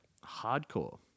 hardcore